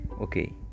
okay